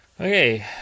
okay